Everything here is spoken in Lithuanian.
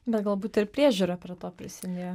bet galbūt ir priežiūra prie to prisidėjo